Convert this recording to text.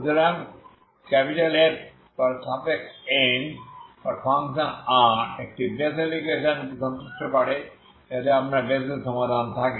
সুতরাং এই Fn একটি বেসেল ইকুয়েশনকে সন্তুষ্ট করে যাতে আপনার বেসেল সমাধান থাকে